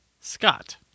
Scott